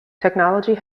technology